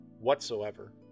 whatsoever